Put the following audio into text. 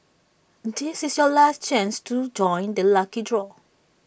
this is your last chance to join the lucky draw